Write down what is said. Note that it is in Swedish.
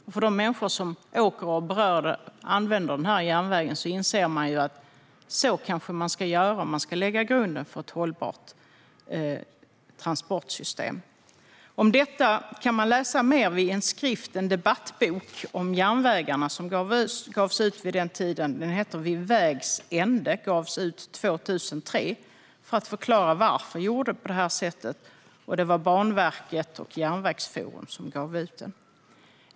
Det betyder mycket för de människor som använder järnvägen, och man inser att det kanske är så man ska göra om man ska lägga grunden för ett hållbart transportsystem. Om detta kan man läsa mer i en skrift, en debattbok om järnvägarna, som gavs ut vid den tiden. Den heter Vid vägs ände? och gavs ut 2003 och förklarar varför vi gjorde på det här sättet. Det var Banverket och Järnvägsforum som gav ut den.